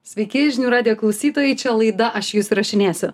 sveiki žinių radijo klausytojai čia laida aš jus įrašinėsiu